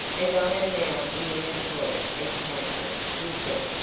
as i am now in your employ as counsel, he said,